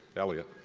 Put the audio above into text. elliot.